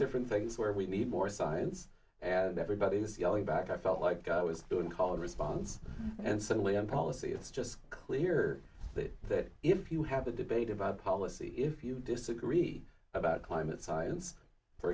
different things where we need more science and everybody's yelling back i felt like i was doing call and response and suddenly on policy it's just clear that that if you have a debate about policy if you disagree about climate science for